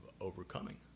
overcoming